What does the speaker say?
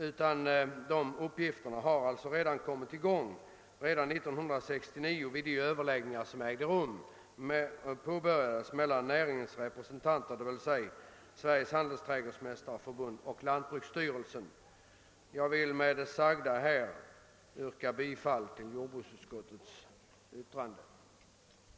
Arbetet på de i denna framlagda önskemålen har redan kommit i gång i och med de överläggningar som 1969 påbörjades mellan näringens representanter, d. v. s. företrädare för Sveriges handelsträdgårdsmästareförbund, och lantbruksstyrelsen. Jag ber med det anförda att få yrka bifall till jordbruksutskottets hemställan i dess utlåtande nr 18.